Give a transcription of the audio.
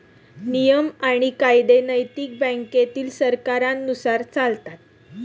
नियम आणि कायदे नैतिक बँकेतील सरकारांनुसार चालतात